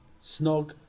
snog